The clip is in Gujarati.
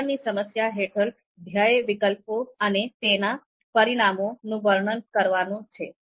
વર્ણનની સમસ્યા હેઠળ ધ્યેય વિકલ્પો અને તેના પરિણામો નું વર્ણન કરવાનું છે